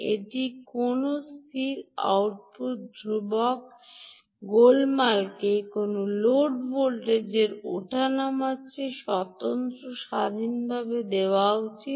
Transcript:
এটি কোনও স্থির আউটপুট ধ্রুবক গোলমালকে কোনও লোড ভোল্টেজের ওঠানামার চেয়ে স্বতন্ত্র স্বাধীনভাবে দেওয়া উচিত